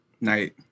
Night